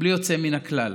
בלי יוצא מן הכלל.